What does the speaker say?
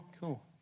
cool